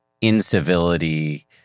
incivility